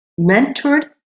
mentored